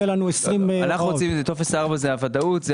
טופס 4 הוא הוודאות.